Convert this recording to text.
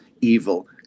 evil